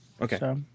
Okay